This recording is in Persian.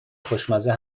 خوشمزه